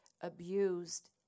abused